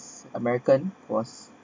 american was